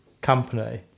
company